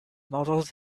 models